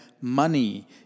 money